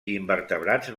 invertebrats